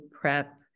prep